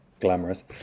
glamorous